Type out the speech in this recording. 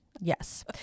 Yes